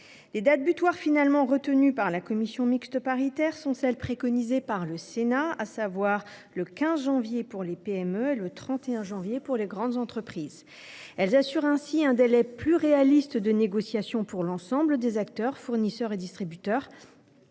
Les dates butoirs finalement retenues par la commission mixte paritaire sont celles qu’a préconisées le Sénat, à savoir le 15 janvier pour les PME et le 31 janvier pour les grandes entreprises. Elles assurent ainsi un délai plus réaliste de négociations pour l’ensemble des acteurs, fournisseurs et distributeurs,